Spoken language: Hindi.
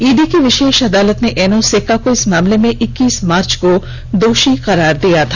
ईडी की विशेष अदालत ने एनोस एक्का को इस मामले में इक्कीस मार्च को दोषी करार दिया था